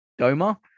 Doma